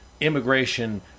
immigration